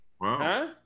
wow